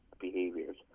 behaviors